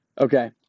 Okay